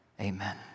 amen